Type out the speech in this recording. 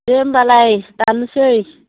दे होमब्लालाय दानसै